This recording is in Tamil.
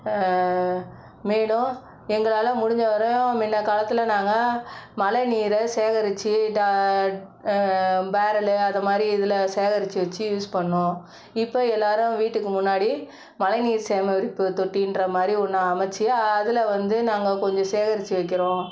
மேலும் எங்களால் முடிஞ்ச வரையும் முன்ன காலத்தில் நாங்கள் மழை நீரை சேகரித்து டா பேரலு அது மாதிரி இதில் சேகரித்து வச்சு யூஸ் பண்ணிணோம் இப்போ எல்லாேரும் வீட்டுக்கு முன்னாடி மழைநீர் சேகரிப்பு தொட்டிங்ற மாதிரி ஒன்று அமைச்சி அதில் வந்து நாங்கள் கொஞ்சம் சேகரித்து வைக்கிறோம்